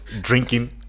drinking